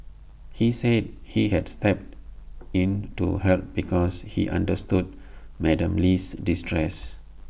he said he had stepped in to help because he understood Madam Lee's distress